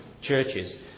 churches